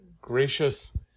gracious